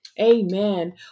Amen